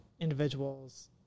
individuals